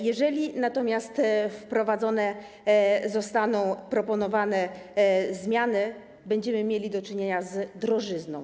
Jeżeli wprowadzone zostaną proponowane zmiany, będziemy mieli do czynienia z drożyzną.